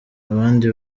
abandi